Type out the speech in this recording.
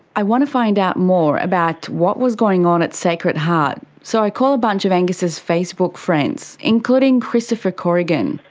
i want to find out more about what was going on at sacred heart, so i call a bunch of angus's facebook friends, including christopher corrigan.